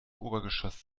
obergeschoss